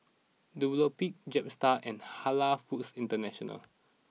Dunlopillo Jetstar and Halal Foods International